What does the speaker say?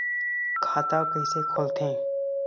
खाता कइसे खोलथें?